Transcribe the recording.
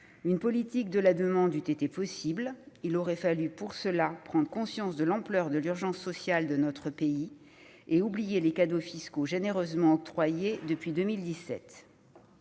Une politique de la demande eût été possible : il aurait fallu pour cela prendre conscience de l'urgence sociale de notre pays et oublier les cadeaux fiscaux généreusement octroyés depuis 2017.